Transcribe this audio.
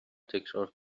تکرار